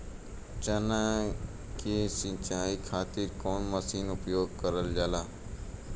चना के सिंचाई खाती कवन मसीन उपयोग करल जाला?